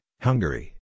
Hungary